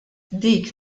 dik